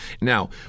Now